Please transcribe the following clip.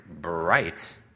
bright